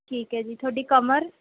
ਠੀਕ ਹੈ ਜੀ ਤੁਹਾਡੀ ਕਮਰ